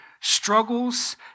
struggles